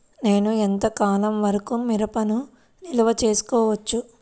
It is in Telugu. నేను ఎంత కాలం వరకు మిరపను నిల్వ చేసుకోవచ్చు?